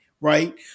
right